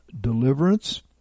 deliverance